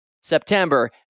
September